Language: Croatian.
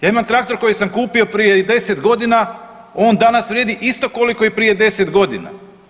Ja imam traktor koji sam kupio prije 10 godina, on danas vrijedi isto koliko i prije 10 godina.